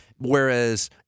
Whereas